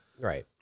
Right